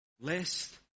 Lest